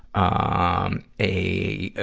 um, a, ah,